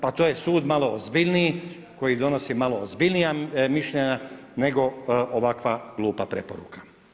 Pa to je sud malo ozbiljniji koji donosi malo ozbiljnija mišljenja nego ovakva glupa preporuka.